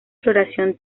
floración